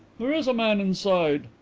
there is a man inside.